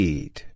Eat